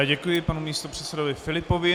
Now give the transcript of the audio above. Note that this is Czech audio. Děkuji panu místopředsedovi Filipovi.